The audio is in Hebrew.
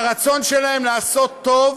ברצון שלהם לעשות טוב,